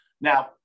Now